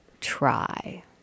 try